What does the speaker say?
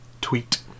tweet